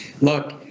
look